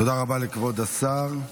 תודה רבה לכבוד השר.